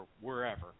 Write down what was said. wherever